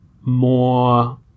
more